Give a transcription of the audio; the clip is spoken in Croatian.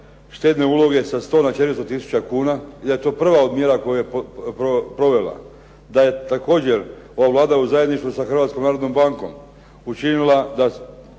štedne uloge sa 100 na 400000 kuna i da je to prva od mjera koje je provela. Da je također ova Vlada u zajedništvu sa Hrvatskom narodnom bankom učinila da